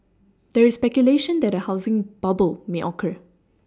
there is speculation that a housing bubble may occur